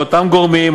או אותם גורמים,